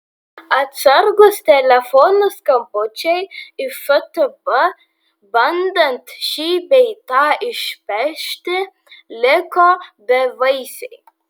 atsargūs telefono skambučiai į ftb bandant šį bei tą išpešti liko bevaisiai